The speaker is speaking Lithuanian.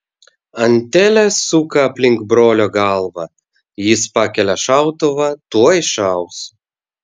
antelė suka aplink brolio galvą jis pakelia šautuvą tuoj šaus